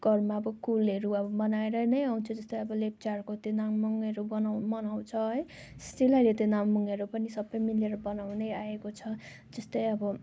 घरमा अब कुलहरू अब मनाएर नै आउँछ जस्तो अब लेप्चाहरूको त्यो नामङहरू बनाउँ मनाउँछ है स्टिल अहिले त्यो नामङहरू पनि सब मिलेर बनाउदै आएको छ जस्तो अब